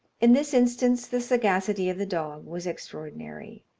in this instance the sagacity of the dog was extraordinary.